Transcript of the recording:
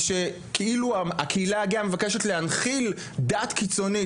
ושכאילו הקהילה הגאה מבקשת להנחיל דת קיצונית.